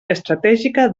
estratègica